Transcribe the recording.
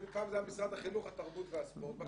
פעם זה היה משרד החינוך, התרבות והספורט.